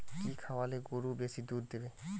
কি খাওয়ালে গরু বেশি দুধ দেবে?